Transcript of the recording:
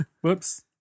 whoops